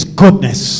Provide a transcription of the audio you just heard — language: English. goodness